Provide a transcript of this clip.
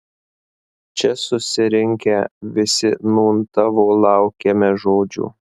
čia susirinkę visi nūn tavo laukiame žodžio